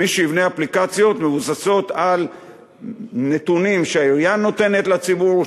מי שיבנה אפליקציות מבוססות על נתונים שהעירייה נותנת לציבור,